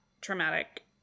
traumatic